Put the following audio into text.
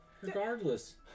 Regardless